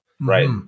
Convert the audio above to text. right